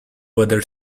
whether